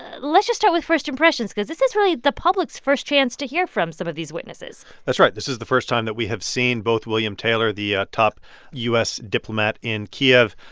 ah let's just start with first impressions because this is really the public's first chance to hear from some of these witnesses that's right. this is the first time that we have seen both william taylor, the ah top u s. diplomat in kyiv,